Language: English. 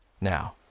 Now